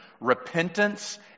Repentance